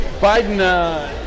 Biden